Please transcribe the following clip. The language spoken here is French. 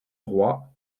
droit